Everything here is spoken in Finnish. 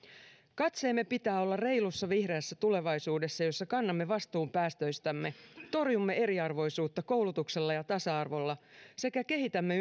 katseemme pitää olla reilussa vihreässä tulevaisuudessa jossa kannamme vastuun päästöistämme torjumme eriarvoisuutta koulutuksella ja tasa arvolla sekä kehitämme